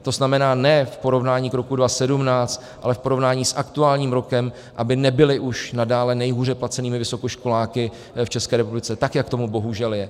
To znamená, ne v porovnání k roku 2017, ale v porovnání s aktuálním rokem, aby nebyli už nadále nejhůře placenými vysokoškoláky v České republice, tak jak tomu bohužel je.